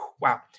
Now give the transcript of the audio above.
wow